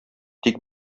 тик